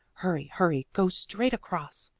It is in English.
hurry, hurry, go straight across.